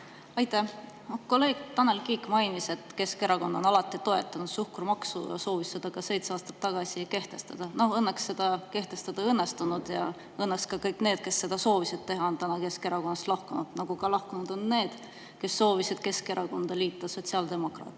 Aitäh! Kolleeg Tanel Kiik mainis, et Keskerakond on alati toetanud suhkrumaksu ja et ta soovis seda ka seitse aastat tagasi kehtestada. Õnneks seda kehtestada ei õnnestunud ja õnneks ka kõik need, kes seda teha soovisid, on tänaseks Keskerakonnast lahkunud, nagu on lahkunud ka need, kes soovisid Keskerakonda liita sotsiaaldemokraatidega.